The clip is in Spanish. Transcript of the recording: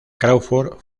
crawford